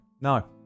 no